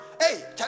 Hey